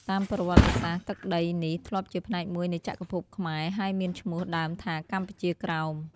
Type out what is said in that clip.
តាមប្រវត្តិសាស្ត្រ ទឹកដីនេះធ្លាប់ជាផ្នែកមួយនៃចក្រភពខ្មែរ ហើយមានឈ្មោះដើមថា កម្ពុជាក្រោម។